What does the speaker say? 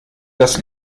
das